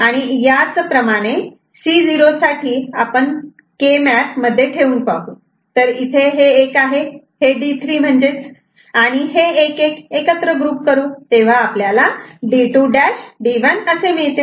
आणि याच प्रमाणे C0 साठी आपण पण के मॅप मध्ये ठेवून पाहू तर इथे हे एक आहे हे D3 11 आणि हे 11 एकत्र ग्रुप करू तेव्हा आपल्याला D2' D1 असे मिळते